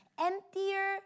emptier